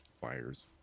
fires